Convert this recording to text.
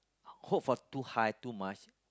hope for too high too much